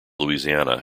louisiana